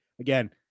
again